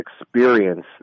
Experience